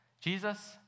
Jesus